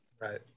Right